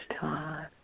time